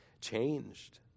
changed